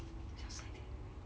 小声一点